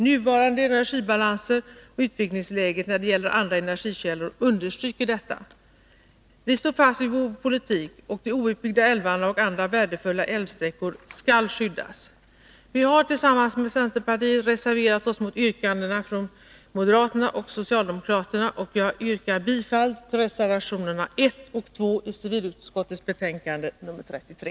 Nuvarande energibalanser och utvecklingsläget när det gäller andra energikällor understryker detta. Vi står fast vid vår politik, att de outbyggda älvarna och andra värdefulla älvsträckor skall skyddas. Vi folkpartister i utskottet har tillsammans med centerpartiledamöterna reserverat oss mot yrkandena från moderaterna och socialdemokraterna, och jag yrkar bifall till reservationerna 1 och 2 vid civilutskottets betänkande nr 33.